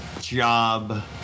job